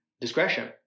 discretion